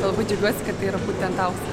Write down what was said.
tai labai džiaugiuosi kad tai yra būtent auksas